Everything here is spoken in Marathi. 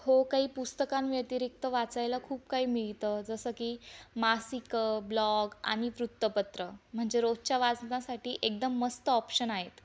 हो काही पुस्तकांव्यतिरिक्त वाचायला खूप काही मिळतं जसं की मासिकं ब्लॉग आणि वृत्तपत्र म्हणजे रोजच्या वाचनासाठी एकदम मस्त ऑप्शन आहेत